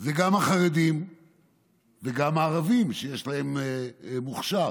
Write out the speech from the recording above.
זה גם החרדים וגם הערבים, שיש להם מוכש"ר.